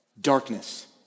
Darkness